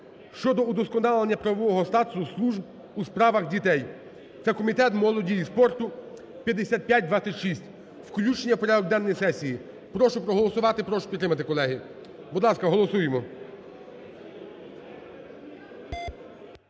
(щодо удосконалення правового статусу служб у справах дітей). Це Комітет молоді і спорту, 5526 включення в порядок денний сесії. Прошу проголосувати, прошу підтримати, колеги. Будь ласка, голосуємо.